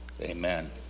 Amen